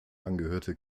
angehörte